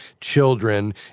children